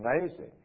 amazing